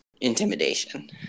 intimidation